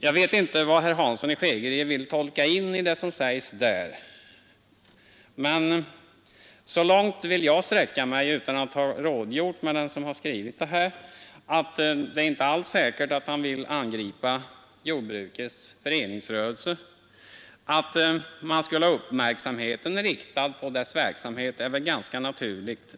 Jag vet inte vad herr Hansson vill tolka in i det skrivna, men jag skall sträcka mig så långt att jag säger — utan att ha rådgjort med den som skrivit detta yttrande — att det inte alls är säkert att herr Takman vill angripa jordbrukets föreningsrörelse. Att man skall ha uppmärksamheten riktad på livsmedelsindustrin är väl ganska naturligt.